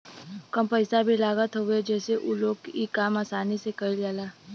कम पइसा भी लागत हवे जसे उ लोग इ काम आसानी से कईल जाला